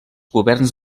governs